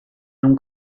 non